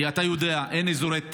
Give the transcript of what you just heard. כי אתה יודע, אין אזורי תעשייה.